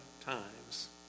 times